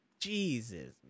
Jesus